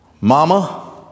Mama